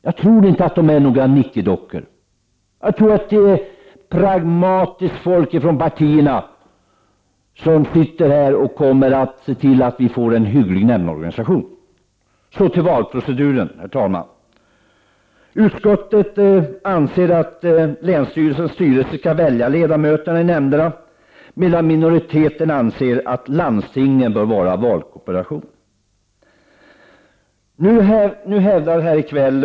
Jag tror inte att ledamöterna är några nickedockor. Jag tror att det är pragmatiskt folk från partierna som kommer att se till att det blir en hygglig nämndorganisation. Så till valproceduren, herr talman. Utskottet anser att länsstyrelsens styrelse skall välja ledamöterna i nämnderna, medan minoriteten anser att landstingen bör vara valkorporation.